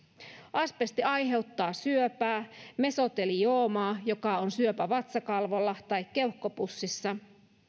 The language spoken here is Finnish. asbesti aiheuttaa syöpää mesotelioomaa joka on syöpä vatsakalvolla tai keuhkopussissa